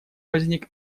возник